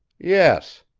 yes.